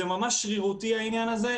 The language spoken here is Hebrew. זה ממש שרירותי העניין הזה,